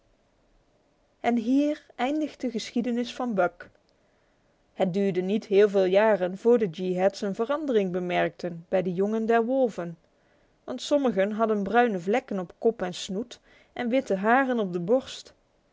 en hier eindigt de geschiedenis van buck het duurde niet heel veel jaren voor de yeehats een verandering bemerkten bij de jongen der wolven want sommige hadden bruine vlekken op kop en snoet en witte haren op de borst